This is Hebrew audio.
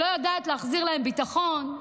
שלא יודעת להחזיר להם ביטחון,